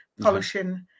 polishing